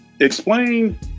Explain